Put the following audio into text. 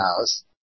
house